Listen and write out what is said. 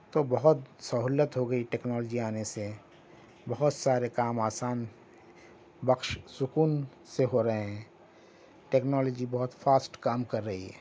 تو بہت سہولت ہو گئی ٹیکنالوجی آنے سے بہت سارے کام آسان بخش سکون سے ہو رہے ہیں ٹیکنالوجی بہت فاسٹ کام کر رہی ہے